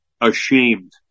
ashamed